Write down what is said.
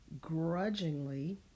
grudgingly